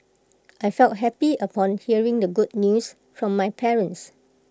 I felt happy upon hearing the good news from my parents